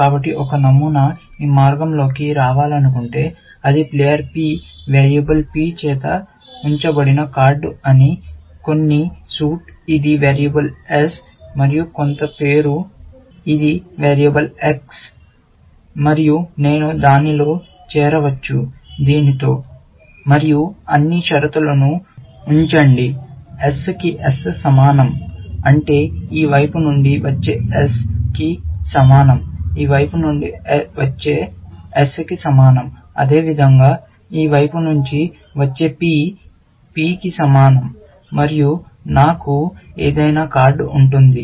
కాబట్టి ఒక నమూనా ఈ మార్గంలోకి రావాలనుకుంటే అది ప్లేయర్ P వేరియబుల్ "P" చేత ఉంచబడిన కార్డు అని కొన్ని సూట్ ఇది వేరియబుల్ "S" మరియు కొంత పేరు ఇది వేరియబుల్ "X" మరియు నేను దానిలో చేరవచ్చు దీనితో మరియు అన్ని షరతులను ఉంచండి S కి S కి సమానం అంటే ఈ వైపు నుండి వచ్చే S కి సమానం ఈ వైపు నుండి వచ్చే S కి సమానం అదేవిధంగా ఈ వైపు నుండి వచ్చే P కి P కి P కి సమానం మరియు నాకు ఏదైనా కార్డు ఉంటుంది